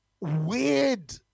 weird